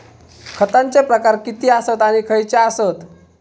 खतांचे प्रकार किती आसत आणि खैचे आसत?